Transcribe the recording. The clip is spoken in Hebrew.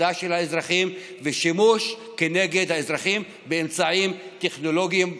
להפחדה של האזרחים ולשימוש כנגד האזרחים באמצעים טכנולוגיים הפעם.